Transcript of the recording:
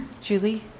Julie